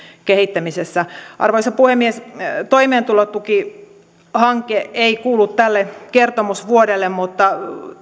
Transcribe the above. kehittämisessä arvoisa puhemies toimeentulotukihanke ei kuulu tälle kertomusvuodelle mutta